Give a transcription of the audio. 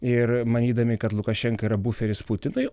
ir manydami kad lukašenka yra buferis putinui